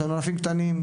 ישנם ענפים קטנים,